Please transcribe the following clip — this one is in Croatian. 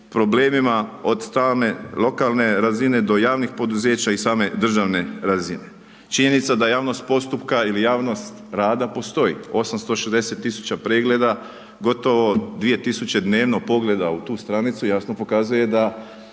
problemima od strane lokalne razine do javnih poduzeća i same državne razine. Činjenica da javnost postupka ili javnost rada postoji, 860 tisuća pregleda, gotovo 2000 dnevno pogleda u tu stranicu jasno pokazuje da